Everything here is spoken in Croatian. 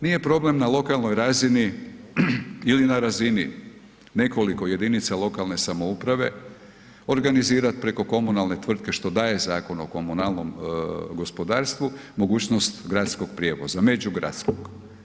Nije problem na lokalnoj razini ili na razini nekoliko jedinica lokalne samouprave organizirat preko komunalne tvrtke što daje Zakon o komunalnom gospodarstvu mogućnost gradskog prijevoza, međugradskog.